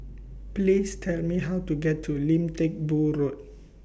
Please Tell Me How to get to Lim Teck Boo Road